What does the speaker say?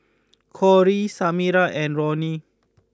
Cory Samira and Ronny